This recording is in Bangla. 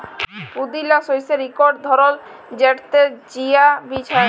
পুদিলা শস্যের ইকট ধরল যেটতে চিয়া বীজ হ্যয়